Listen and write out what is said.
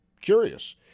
Curious